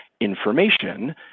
information